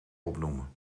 opnoemen